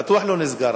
בטוח לא נסגר,